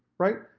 right?